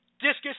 discus